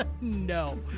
no